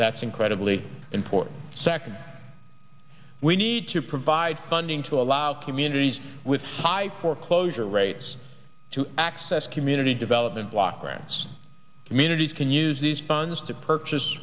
that's incredibly important second we need to provide funding to allow communities with high foreclosure rates to access community development block grants communities can use these funds to purchase